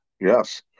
yes